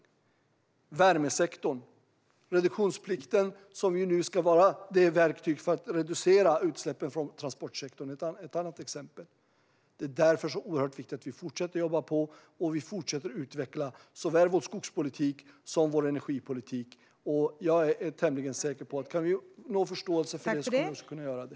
Exempel är värmesektorn och reduktionsplikten, som ju nu ska vara ett verktyg för att reducera utsläppen från transportsektorn. Det är därför oerhört viktigt att vi fortsätter att jobba på och utveckla såväl vår skogspolitik som vår energipolitik. Jag är tämligen säker på att om vi kan nå förståelse för detta kommer vi också att kunna göra det.